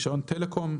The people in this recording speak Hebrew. רישיון טלקום,